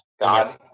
god